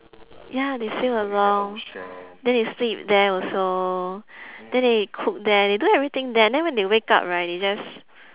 ya they sail along then they sleep there also then they cook there they do everything there then when they wake up right they just